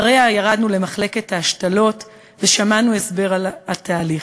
אחריה ירדנו למחלקת ההשתלות ושמענו הסבר על תהליך.